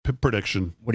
prediction